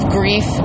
grief